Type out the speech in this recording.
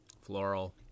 floral